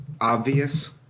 obvious